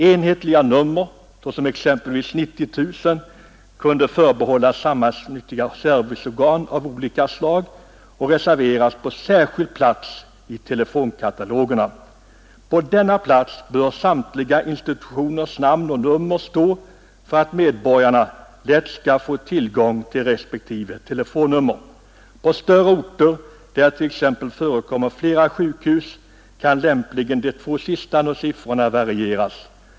Enhetliga nummer, såsom exempelvis 90 000, kunde förbehållas samhällsnyttiga serviceorgan av olika slag och reserveras särskild plats i telefonkatalogerna. På denna plats bör samtliga institutioners namn och nummer stå för att medborgarna lätt skall få tillgång till respektive telefonnummer. På större orter där det t.ex. förekommer flera sjukhus kan lämpligen de två sista siffrorna varieras.